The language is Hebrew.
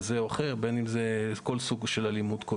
מכל סוג של אלימות.